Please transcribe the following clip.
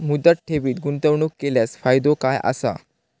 मुदत ठेवीत गुंतवणूक केल्यास फायदो काय आसा?